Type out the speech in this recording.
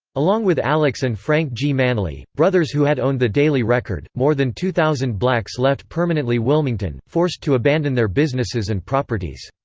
along with alex and frank g. manly, brothers who had owned the daily record, more than two thousand blacks left permanently wilmington, forced to abandon their businesses and properties.